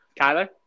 Kyler